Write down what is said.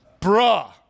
Bruh